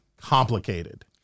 complicated